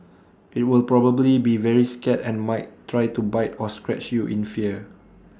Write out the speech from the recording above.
IT will probably be very scared and might try to bite or scratch you in fear